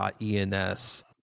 .ens